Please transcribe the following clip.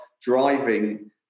driving